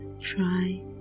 try